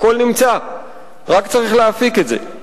הכול נמצא וזמין, ורק צריך להפיק את זה.